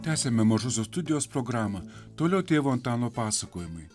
tęsiame mažosios studijos programą toliau tėvo antano pasakojimai